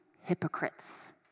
Hypocrites